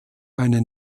eine